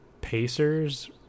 Pacers